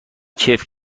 کیف